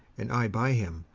and i by him,